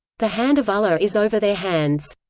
the hand of allah is over their hands.